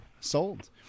Sold